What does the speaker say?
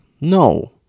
no